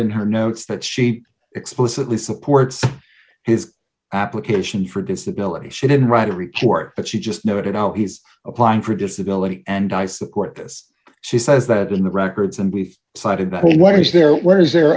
in her notes that she explicitly supports his application for disability she didn't write a report but she just noted out he's applying for disability and i support this she says that in the records and we've cited the what is there